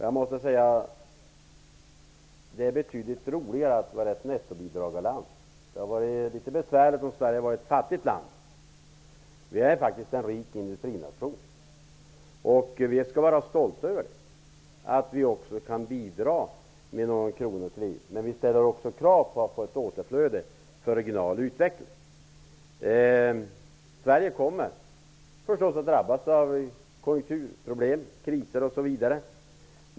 Jag måste säga att det inte är så dumt att vara ett nettobidragsland. Det hade varit litet besvärligt om Sverige hade varit ett fattigt land. Sverige är faktiskt en rik industrination. Vi skall vara stolta över att vi också kan bidra med några kronor till EU. Vi ställer också krav på att få ett återflöde för regional utveckling. Sverige kommer förstås att drabbas av konjunkturproblem, kriser osv.